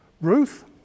Ruth